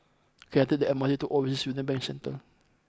can I take the M R T to Overseas Union Bank Centre